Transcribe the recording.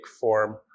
form